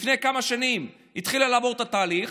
התחילה לפני כמה שנים לעבור את התהליך,